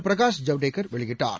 பிரகாஷ் ஐவ்டேகர் வெளியிட்டார்